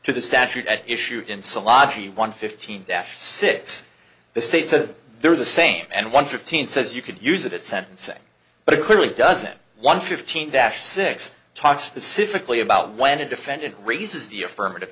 to the statute at issue in salafi one fifteen six the state says they're the same and one fifteen says you could use it at sentencing but it clearly doesn't one fifteen dash six talk specifically about when a defendant raises the affirmative